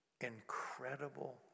incredible